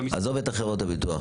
עזוב את חברות הביטוח,